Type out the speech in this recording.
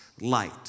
light